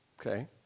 okay